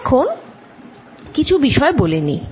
এখন কিছু বিষয় বলে নিই